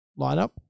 lineup